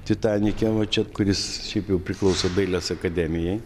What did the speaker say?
titanike va čia kuris šiaip jau priklauso dailės akademijai